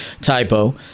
typo